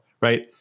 right